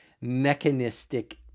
mechanistic